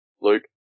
Luke